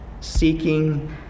seeking